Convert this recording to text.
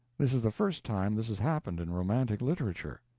this is the first time this has happened in romantic literature.